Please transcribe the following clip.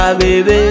baby